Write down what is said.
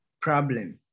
problem